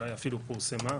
אולי אפילו פורסמה.